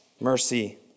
mercy